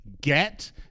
get